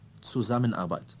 Zusammenarbeit